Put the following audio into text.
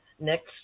next